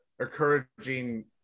encouraging